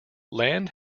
land